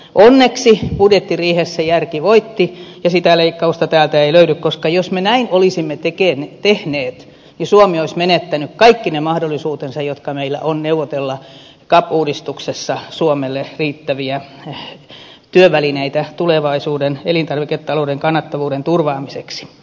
onneksi budjettiriihessä järki voitti ja sitä leikkausta täältä ei löydy koska jos me näin olisimme tehneet suomi olisi menettänyt kaikki ne mahdollisuutensa jotka meillä on neuvotella cap uudistuksessa suomelle riittäviä työvälineitä tulevaisuuden elintarviketalouden kannattavuuden turvaamiseksi